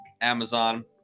Amazon